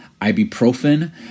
Ibuprofen